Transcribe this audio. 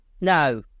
No